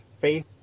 Faith